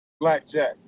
Blackjack